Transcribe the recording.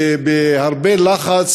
בהרבה לחץ